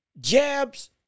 jabs